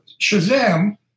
Shazam